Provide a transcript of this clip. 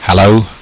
Hello